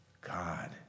God